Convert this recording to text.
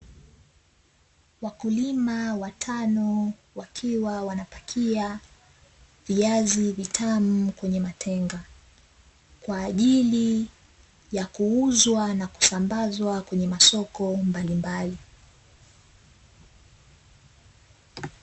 Wakulima watano wakiwa wanapakia viazi vitamu kwenye matenga, kwa ajili ya kuuzwa na kusambazwa kwenye masoko mbalimbali.